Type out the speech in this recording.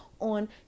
on